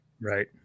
Right